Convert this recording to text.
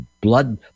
blood